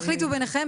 תחליטו ביניכן,